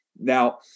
Now